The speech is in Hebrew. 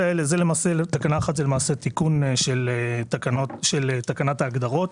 תקנה 1 היא למעשה תיקון של תקנת ההגדרות.